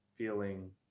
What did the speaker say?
feeling